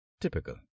Typical